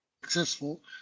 successful